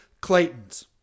Claytons